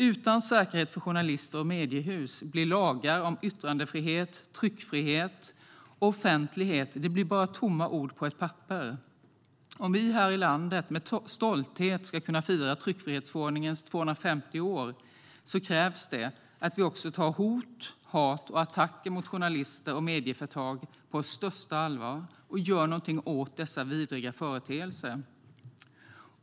Utan säkerhet för journalister och mediehus blir lagar om yttrandefrihet, tryckfrihet och offentlighet bara tomma ord på ett papper. Om vi här i landet ska kunna fira tryckfrihetsförordningens 250 år med stolthet krävs det att vi tar hot, hat och attacker mot journalister och medieföretag på största allvar och att vi gör någonting åt dessa vidriga företeelser.